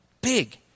big